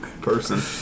person